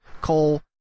Cole